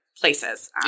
places